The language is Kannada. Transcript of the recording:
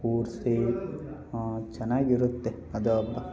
ಕೂರಿಸಿ ಚೆನ್ನಾಗಿರುತ್ತೆ ಅದು ಹಬ್ಬ